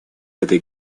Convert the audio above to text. этой